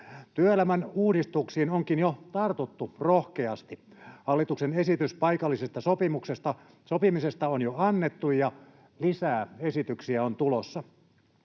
Työelämän uudistuksiin onkin jo tartuttu rohkeasti. Hallituksen esitys paikallisesta sopimisesta on jo annettu, ja lisää esityksiä on tulossa.